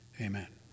Amen